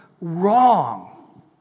wrong